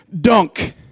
Dunk